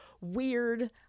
weird